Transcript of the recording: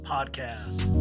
Podcast